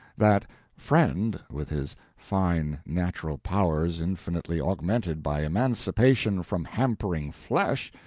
that friend, with his fine natural powers infinitely augmented by emancipation from hampering flesh,